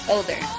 Older